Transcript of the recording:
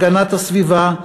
הגנת הסביבה,